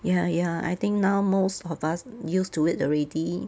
ya ya I think now most of us use to it already